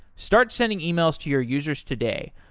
start sending emails to your users today.